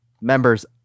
members